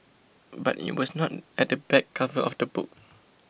but it was not at the back cover of the book